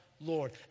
Lord